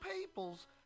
peoples